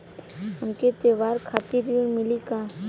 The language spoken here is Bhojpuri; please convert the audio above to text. हमके त्योहार खातिर ऋण मिली का?